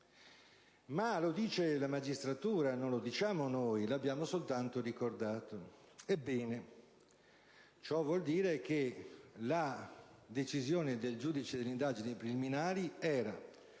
Ma lo dice la magistratura, non lo diciamo noi: lo abbiamo soltanto ricordato. Ebbene, ciò vuol dire che la decisione del giudice per le indagini preliminari era